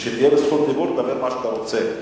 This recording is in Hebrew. כשתהיה בזכות דיבור, תאמר מה שאתה רוצה.